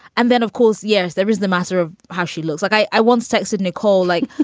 and then, of course, yes, there is the matter of how she looks like. i i once texted nicole like,